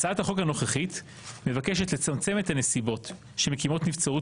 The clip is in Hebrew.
הצעת החוק הנוכחית מבקשת לצמצם את הנסיבות שמקימות נבצרות